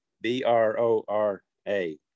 B-R-O-R-A